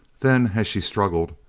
then as she struggled,